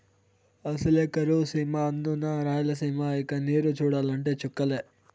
అసలే కరువు సీమ అందునా రాయలసీమ ఇక నీరు చూడాలంటే చుక్కలే